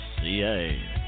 CA